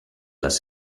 les